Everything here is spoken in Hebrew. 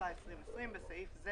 התשפ"א-2020 (בסעיף זה,